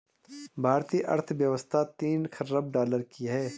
भारतीय अर्थव्यवस्था तीन ख़रब डॉलर की है